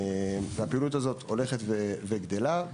הפעילות הזו הולכת וגדלה.